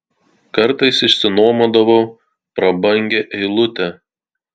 kartais išsinuomodavau prabangią eilutę